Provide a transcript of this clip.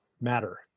matter